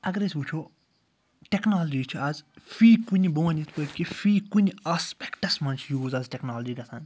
اگر أسۍ وٕچھو ٹیٚکنالجی چھِ آز فی کُنہِ بہٕ وَنہٕ یِتھ پٲٹھۍ کہِ فی کُنہِ آسپیٚکٹَس مَنٛز چھِ یوٗز آز ٹیٚکنالجی گَژھان